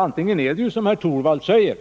Antingen är det som herr Torwald säger,